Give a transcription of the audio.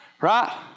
right